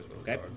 Okay